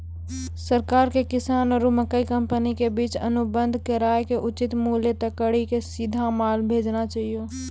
सरकार के किसान आरु मकई कंपनी के बीच अनुबंध कराय के उचित मूल्य तय कड़ी के सीधा माल भेजना चाहिए?